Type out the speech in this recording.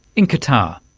in qatar.